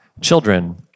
children